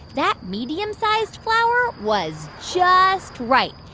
that medium-sized flower was just right.